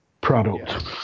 product